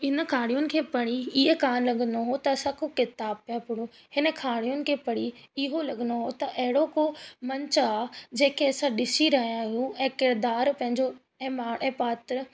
इन कहाणियुनि खे पढ़ी इहे कोन लॻंदो हुओ त असां कुझु किताब पिया पढूं हिन कहाणियुनि खे पढ़ी इहो लॻंदो आहे त अहिड़ो को मनचाह जेके असां ॾिसी रहिया आहियूं ऐं किरदारु पंहिंजो ऐं मां पात्र